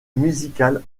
musicales